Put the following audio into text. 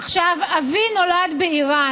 עכשיו, אבי נולד באיראן.